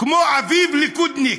כמו אביב ליכודניק,